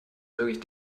möglich